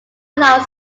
without